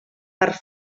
per